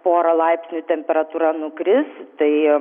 porą laipsnių temperatūra nukris tai